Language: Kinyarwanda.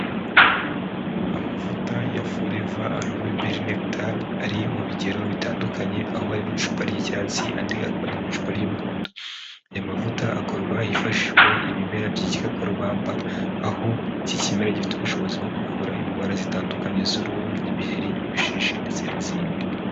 Amavuta ya foreva alove berineta ari mu bigero bitandukanye, aho ari mu icupa ry'icyatsi, andi akaba ari mu icupa ry'umuhondo, ayo mavuta akorwa hifashijwe ibimera by'ikarubamba, aho iki kimera gifite ubushobozi bwo kuvura indwara zitandukanye z'uruhu: nk'ibiheri, ibishishi ndetse n'izindi.